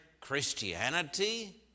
Christianity